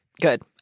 Good